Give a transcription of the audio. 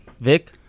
Vic